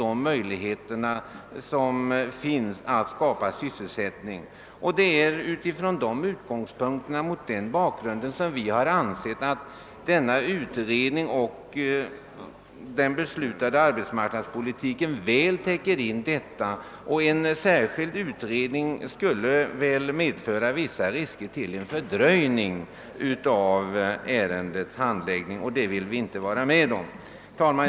De möjligheter som finns att skapa sysselsättning bevakas ständigt. Det är mot den bakgrunden som vi har ansett att den beslutade utredningen av turistoch fritidsverksamhet räcker och att en särskild utredning skulle medföra risker för en fördröjning av ärendets handläggning. Och det vill vi inte vara med om. Herr talman!